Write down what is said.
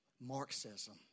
Marxism